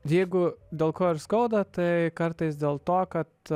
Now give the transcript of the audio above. jeigu dėl ko ir skauda tai kartais dėl to kad